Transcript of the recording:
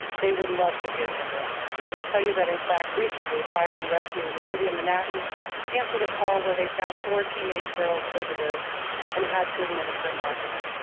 they would love to hear from you. i will tell you that in fact, recently, fire and rescue in the city of manassas answered a call where they found four teenage girls overdosed and had to administer narcan.